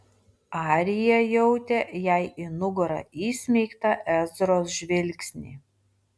arija jautė jai į nugarą įsmeigtą ezros žvilgsnį